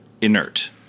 inert